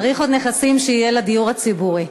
צריך עוד, שיהיה לדיור הציבורי.